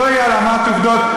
שלא תהיה העלמת עובדות.